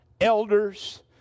elders